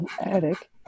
attic